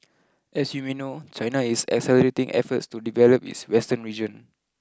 as you may know China is accelerating efforts to develop its western region